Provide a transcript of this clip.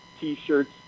t-shirts